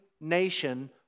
nation